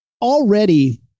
already